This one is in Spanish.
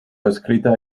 escrita